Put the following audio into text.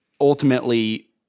ultimately